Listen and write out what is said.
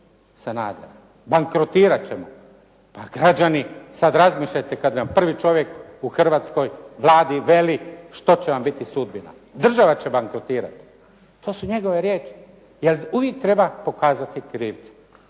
Sanadera. Bankrotirati ćemo. Pa građani sada razmišljajte kada vam prvi čovjek u Hrvatskoj, Vladi veli što će vam biti sudbina, država će bankrotirati. To su njegove riječi. Jer uvijek treba pokazati krivca.